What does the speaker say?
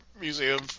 museum